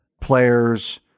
Players